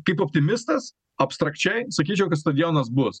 kaip optimistas abstrakčiai sakyčiau kad stadionas bus